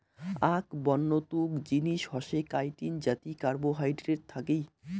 আক বন্য তুক জিনিস হসে কাইটিন যাতি কার্বোহাইড্রেট থাকি